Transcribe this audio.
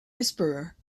whisperer